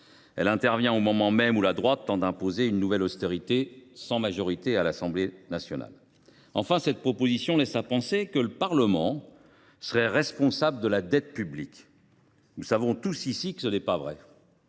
intervient au moment même où la droite tend à imposer une nouvelle austérité sans majorité à l’Assemblée nationale. Enfin, cette proposition de loi constitutionnelle laisse à penser que le Parlement serait responsable de la dette publique. Nous savons tous ici que ce n’est pas vrai.